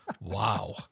wow